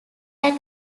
had